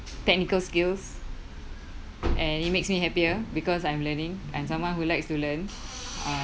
technical skills and it makes me happier because I'm learning and someone who likes to learn